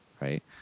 right